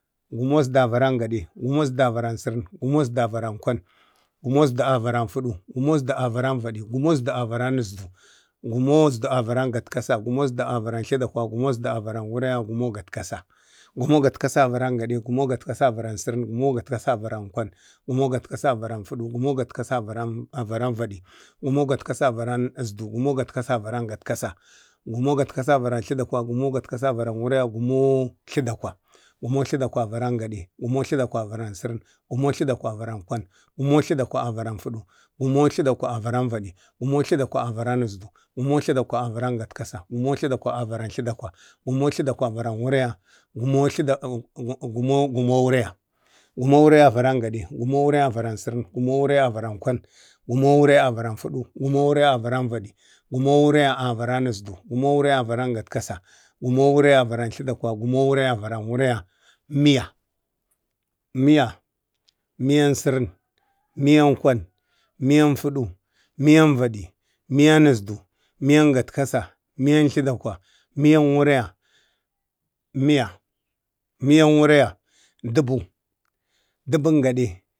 gumon ezdu avəran gade, gumo ezdu avəran səran, gumo ezdu avəran kwan, gumo ezdu avaran fudu, gumo ezdu avaran vadi, gumo ezdu avəran ezdu. gumon ezdu avaron gatkasa, gumo ezdu avaron gatkasa, gumo gatkasa avaran gaɗe, gumo gatkasa avaran saran, gumo gatkasa avaran kwan, gumo gatkasa avaran fudu, gumo gatkasa avaran vadi gumo gatkasa avaran ezdu gumo gatkasa avaron gatkasa, gumo gatkasa avaron tladagwa, gumo gatkasa avaro wuraya gumo tlədakwa, gumon tladagwa avaron gadi gomon tladakwa avəran səran, gumo tladakwa avəran kwan, gumo tladakwa avəran fudu, gumo tladakwa, avəran vadi, gumo tladakwa avaran zsdu, gumo tladakwa avəran gatkasa, gumo tladakwa avərən wuraya, gumo wuraya, gumo wuraya, avaran gadi gumo waraya avaro səran, gumo wuraya avaro kwan, gumo waraya avaro fudu, gumo wuraya avəran vadi, gumo wuraya avarau ezdu gumo waraya avaro gatkasa, gumo wuraya avaran tladakwa, gumo wuraya avaran wuraya, miya, miyan gade, miyan serin, miyan kwan, miyan hudu, miyan vadi, miyan ezdu, miyan gatkasa, miyan tladakwa, miyan waraya dupu dupun gade.